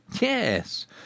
Yes